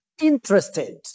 interested